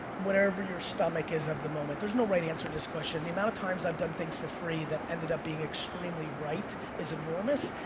whatever your stomach is at the moment. there's no right answer to this question. the amount of times i've done things for free that ended up being extremely right is enormous.